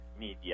media